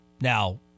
Now